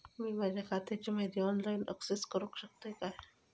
मी माझ्या खात्याची माहिती ऑनलाईन अक्सेस करूक शकतय काय?